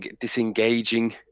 disengaging